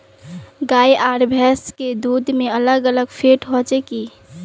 गाय आर भैंस के दूध में अलग अलग फेट होचे की?